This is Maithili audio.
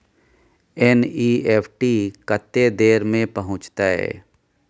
एन.ई.एफ.टी कत्ते देर में पहुंचतै?